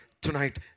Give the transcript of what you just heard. Tonight